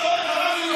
בחוק.